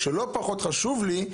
או שלא פחות חשוב לי,